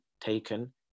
taken